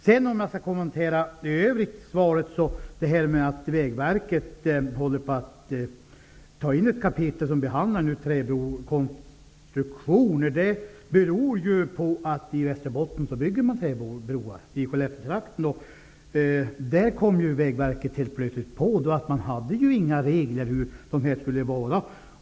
Om jag i övrigt skall kommentera svaret vill jag säga att detta med att Vägverket håller på att ta in ett kapitel som behandlar träbrokonstruktioner beror på att man i Skellefteåtrakten i Västerbotten bygger träbroar. Vägverket kom helt plötsligt på att man inte hade några regler för detta.